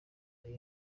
ari